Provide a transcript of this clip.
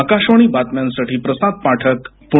आकाशवाणी बातम्यांसाठी प्रसाद पाठक पुणे